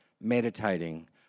meditating